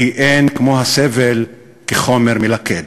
כי אין כמו הסבל כחומר מלכד.